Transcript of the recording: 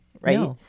Right